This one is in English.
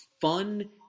fun